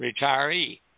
Retiree